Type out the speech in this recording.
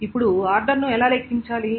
ఇప్పుడు ఆర్డర్ను ఎలా లెక్కించాలి